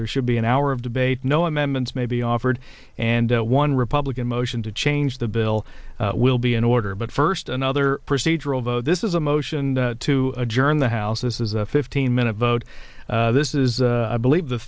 there should be an hour of debate no amendments may be offered and one republican motion to change the bill will be in order but first another procedural vote this is a motion to adjourn the house this is a fifteen minute vote this is i believe the